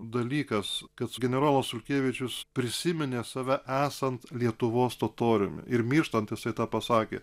dalykas kad generolas sulkevičius prisiminė save esant lietuvos totoriumi ir mirštant jisai tą pasakė